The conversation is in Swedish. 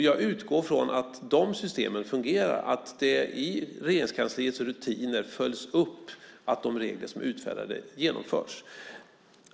Jag utgår från att de systemen fungerar, att det i Regeringskansliets rutiner följs upp att de regler som är utfärdade efterlevs.